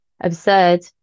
absurd